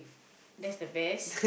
that's the best